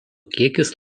kiekis